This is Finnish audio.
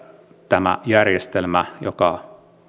tämä järjestelmä joka